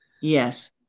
Yes